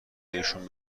بهشون